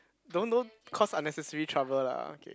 don't don't cause unnecessary trouble lah okay